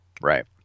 Right